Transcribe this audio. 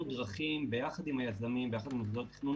דרכים ביחד עם היזמים וביחד עם עובדי התכנון